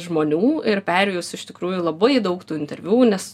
žmonių ir perėjus iš tikrųjų labai daug tų interviu nes